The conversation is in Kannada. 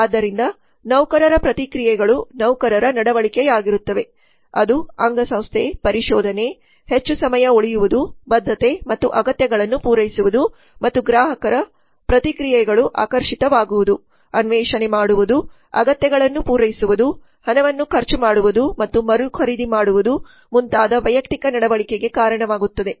ಆದ್ದರಿಂದ ನೌಕರರ ಪ್ರತಿಕ್ರಿಯೆಗಳು ನೌಕರರ ನಡವಳಿಕೆಯಾಗಿರುತ್ತವೆ ಅದು ಅಂಗಸಂಸ್ಥೆ ಪರಿಶೋಧನೆ ಹೆಚ್ಚು ಸಮಯ ಉಳಿಯುವುದು ಬದ್ಧತೆ ಮತ್ತು ಅಗತ್ಯಗಳನ್ನು ಪೂರೈಸುವುದು ಮತ್ತು ಗ್ರಾಹಕರ ಪ್ರತಿಕ್ರಿಯೆಗಳು ಆಕರ್ಷಿತವಾಗುವುದು ಅನ್ವೇಷಣೆ ಮಾಡುವುದು ಅಗತ್ಯಗಳನ್ನು ಪೂರೈಸುವುದು ಹಣವನ್ನು ಖರ್ಚು ಮಾಡುವುದು ಮತ್ತು ಮರುಖರೀದಿ ಮಾಡುವುದು ಮುಂತಾದ ವೈಯಕ್ತಿಕ ನಡವಳಿಕೆಗೆ ಕಾರಣವಾಗುತ್ತದೆ